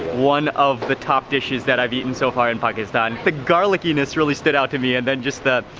one of the top dishes that i've eaten so far in pakistan. the garlickiness really stood out to me. and then just the,